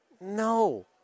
No